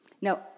Now